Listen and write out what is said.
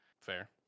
Fair